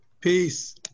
Peace